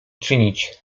czynić